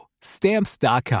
Stamps.com